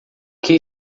que